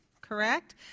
correct